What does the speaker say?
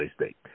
state